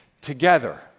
together